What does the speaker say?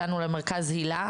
הגיעו למרכז היל"ה,